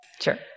Sure